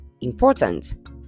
important